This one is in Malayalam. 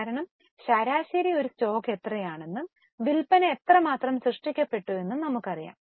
കാരണം ശരാശരി ഒരു സ്റ്റോക്ക് എത്രയാണെന്നും വിൽപ്പന എത്രമാത്രം സൃഷ്ടിക്കപ്പെടുന്നുവെന്നും നമുക്കറിയാം